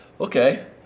okay